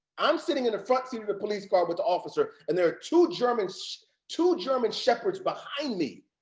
i'm sitting in the front seat of a police car with officer, and there are two german so two german shepherds behind me,